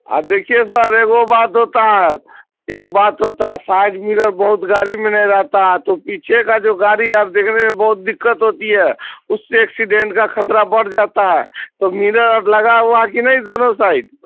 آپ دیکھیے سر ایگو بات ہوتا ہے ایک بات ہوتا ہے سائیڈ مرر بہت گاڑی میں نے رہتا ہے تو پیچھے کا جو گاڑی ہے اب دیکھنے میں بہت دِقّت ہوتی ہے اس سے ایکسیڈنٹ کا خطرہ بڑھ جاتا ہے تو مرر آر لگا ہوا ہے کہ نہیں دونوں سائڈ